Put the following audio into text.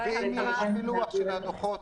לנו לקבל את פילוח הדוחות.